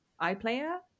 iPlayer